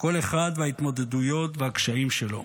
כל אחד וההתמודדויות והקשיים שלו.